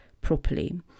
properly